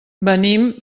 venim